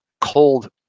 cold